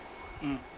mm